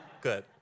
Good